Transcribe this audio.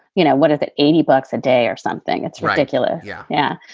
you know, what if that eighty bucks a day or something, that's ridiculous. yeah. yeah.